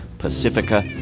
Pacifica